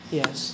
yes